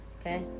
okay